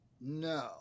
No